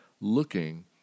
looking